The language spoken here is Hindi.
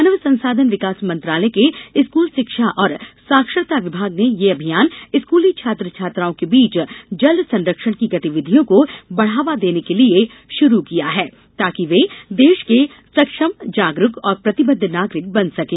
मानव संसाधन विकास मंत्रालय के स्कूल शिक्षा और साक्षरता विभाग ने ये अभियान स्कूली छात्र छात्राओं के बीच जल संरक्षण की गतिविधियों को बढ़ावा देने के लिए शुरू किया है ताकि वे देश के सक्षम जागरूक और प्रतिबद्ध नागरिक बन सकें